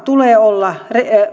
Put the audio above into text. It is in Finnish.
tulee olla